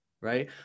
Right